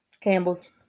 Campbell's